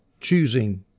choosing